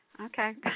Okay